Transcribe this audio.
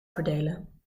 verdelen